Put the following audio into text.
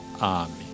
army